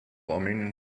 armenian